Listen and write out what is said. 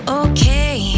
okay